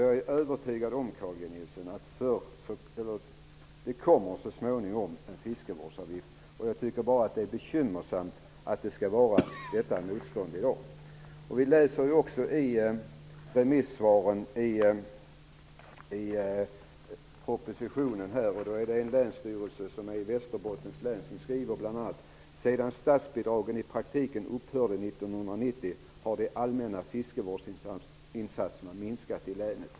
Jag är, Carl G Nilsson, övertygad om att det så småningom kommer att införas en fiskevårdsavgift. Jag tycker att det är bekymmersamt att det i dag är ett motstånd mot detta.